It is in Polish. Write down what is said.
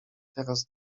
teraz